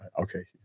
Okay